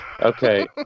Okay